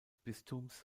bistums